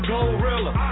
Gorilla